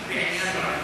מקשיב בעניין רב.